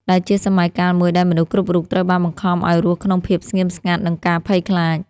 ដែលជាសម័យកាលមួយដែលមនុស្សគ្រប់រូបត្រូវបានបង្ខំឲ្យរស់ក្នុងភាពស្ងៀមស្ងាត់ និងការភ័យខ្លាច។